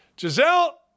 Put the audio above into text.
Giselle